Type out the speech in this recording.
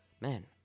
man